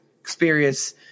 experience